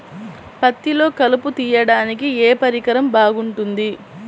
పత్తిలో కలుపు తీయడానికి ఏ పరికరం బాగుంటుంది?